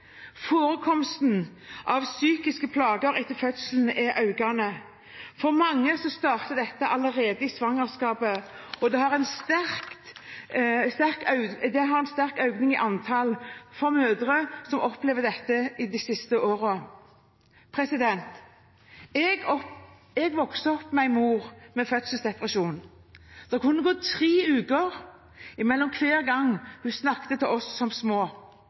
Forekomsten av psykiske plager etter fødsel er økende. For mange starter dette allerede i svangerskapet, og det har de siste årene vært en sterk økning i antall mødre som opplever dette. Jeg vokste opp med en mor med fødselsdepresjon. Det kunne gå tre uker mellom hver gang hun snakket til oss små.